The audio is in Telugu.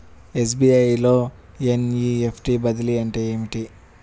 ఎస్.బీ.ఐ లో ఎన్.ఈ.ఎఫ్.టీ బదిలీ అంటే ఏమిటి?